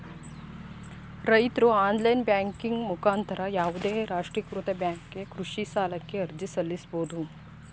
ರೈತ್ರು online banking ಮುಖಾಂತರ ಯಾವುದೇ ರಾಷ್ಟ್ರೀಕೃತ ಬ್ಯಾಂಕಿಗೆ ಕೃಷಿ ಸಾಲಕ್ಕೆ ಅರ್ಜಿ ಸಲ್ಲಿಸಬೋದು